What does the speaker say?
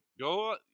Go